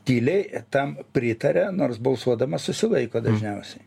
tyliai tam pritaria nors balsuodama susilaiko dažniausiai